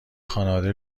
خانواده